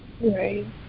Right